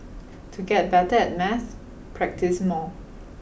to get better at maths practise more